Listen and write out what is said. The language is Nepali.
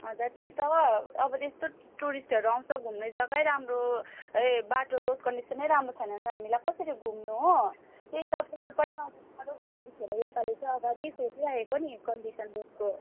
हजुर त्यही त अब यस्तो टुरिस्टहरू आउँछ घुम्ने जग्गै राम्रो ए बाटो रोड कन्डिसन नै राम्रो छैन भने त हामीलाई कसरी घुम्नु हो त्यही त पोहोर पनि आउँदा साह्रो परेको थियो र यो पालि चाहिँ अगाडि सोधिराखेको नि कन्डिसन रोडको